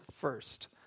first